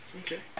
Okay